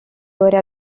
ore